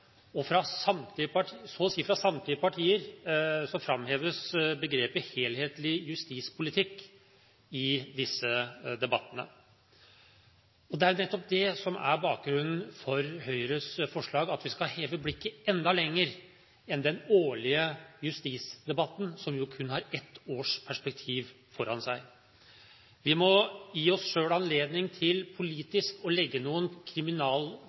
si fra samtlige partier framheves begrepet «helhetlig justispolitikk» i disse debattene. Det er jo nettopp det som er bakgrunnen for Høyres forslag, at vi skal heve blikket enda lenger enn den årlige justisdebatten, som jo kun har ett års perspektiv. Vi må gi oss selv anledning til – politisk – å legge noen